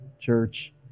church